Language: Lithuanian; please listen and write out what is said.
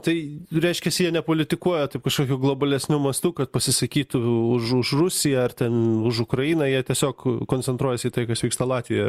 tai reiškiasi jie nepolitikuoja taip kažkokiu globalesniu mastu kad pasisakytų už už rusiją ar ten už ukrainą jie tiesiog koncentruojasi į tai kas vyksta latvijoje